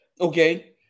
Okay